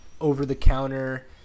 over-the-counter